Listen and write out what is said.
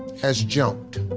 has jumped.